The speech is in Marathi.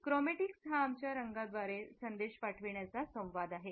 क्रोमॅटिक्स हा आमचा रंगांद्वारे संदेश पाठविण्याचा संवाद आहे